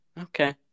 Okay